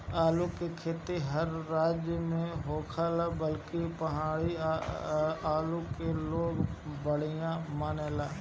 आलू के खेती हर राज में होखेला बाकि पहाड़ी आलू के लोग बढ़िया मानेला